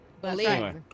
Believe